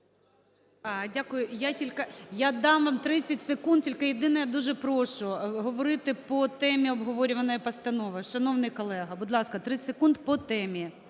Дякую. Я дам вам 30 секунд, тільки єдине, дуже прошу говорити по темі обговорюваної постанови. Шановний колега! Будь ласка, 30 секунд, по темі.